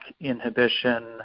inhibition